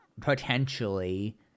potentially